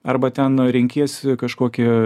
arba ten renkiesi kažkokį